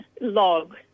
log